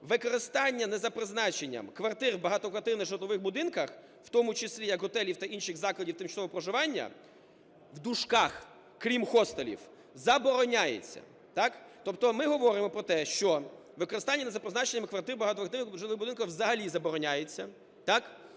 використання не за призначенням квартир в багатоквартирних житлових будинках, в тому числі як готелів та інших закладів тимчасового проживання (крім хостелів) забороняється. Так? Тобто ми говоримо про те, що використання не за призначенням квартир в багатоквартирних житлових будинках взагалі забороняється,